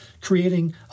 creating